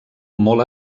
molt